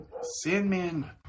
sandman